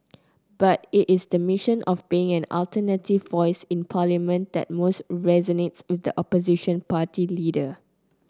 but it is the mission of being an alternative voice in Parliament that most resonates with the opposition party leader